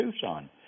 Tucson